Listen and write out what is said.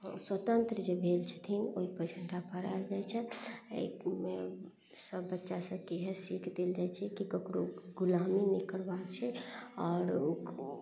स्वतन्त्र जे भेल छथिन ओइपर झण्डा फहरायल जाइ छथि अइमे सब बच्चा सभके इएहे सीख देल जाइ छै कि ककरो गुलामी नहि करबाक छै आओर